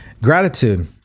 gratitude